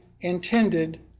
intended